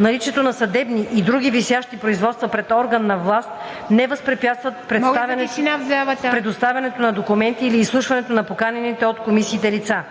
Наличието на съдебни и други висящи производства пред орган на власт не възпрепятстват предоставянето на документи или изслушването на поканените от комисиите лица.